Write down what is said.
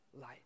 light